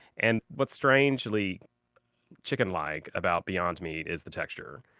and what's strangely chicken-like about beyond meat is the texture.